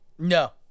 No